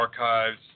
Archives